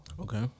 Okay